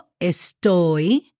estoy